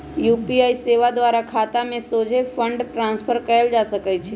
UPI सेवा द्वारा खतामें सोझे फंड ट्रांसफर कएल जा सकइ छै